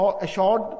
assured